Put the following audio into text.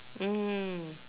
mm